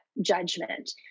judgment